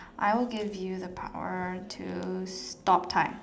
I will give you the power to stop time